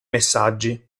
messaggi